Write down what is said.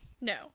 No